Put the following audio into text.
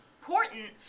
important